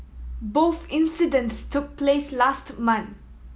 both incidents took place last month